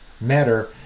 matter